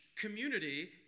community